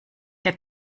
der